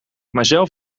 mijzelf